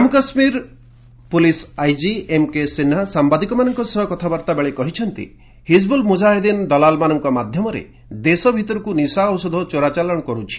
ଜାନ୍ଧ police IG M K Sinha ସାମ୍ବାଦିକମାନଙ୍କ ସହ କଥାବାର୍ତ୍ତା ବେଳେ କହିଛନ୍ତି ହିଜିବୁଲ୍ ମୁଜାହିଦିନ ଦଲାଲମାନଙ୍କ ମାଧ୍ୟମରେ ଦେଶ ଭିତରକୁ ନିଶା ଔଷଧ ଚୋରା ଚାଲାଶ କରୁଛି